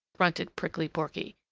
grunted prickly porky.